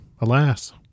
alas